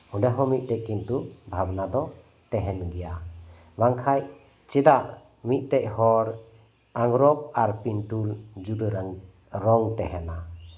ᱚᱱᱰᱮᱦᱚᱸ ᱢᱤᱫᱴᱮᱱ ᱵᱷᱟᱵᱽᱱᱟ ᱫᱚ ᱛᱟᱦᱮᱱ ᱜᱮᱭᱟ ᱵᱟᱝᱠᱷᱟᱡ ᱪᱮᱫᱟᱜ ᱢᱤᱫᱴᱮᱱ ᱦᱚᱲ ᱟᱸᱜᱽᱨᱚ ᱟᱨ ᱯᱤᱱᱴᱩᱞ ᱢᱤᱫᱴᱮᱡ ᱡᱩᱫᱟᱹ ᱨᱚᱝ ᱛᱟᱦᱮᱱᱟ